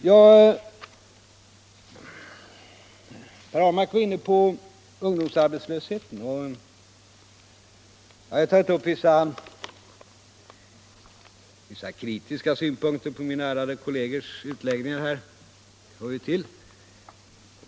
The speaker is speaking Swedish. Herr Ahlmark var inne på ungdomsarbetslösheten. Jag har anfört vissa kritiska synpunkter på mina ärade kollegers utläggningar här — det hör ju till.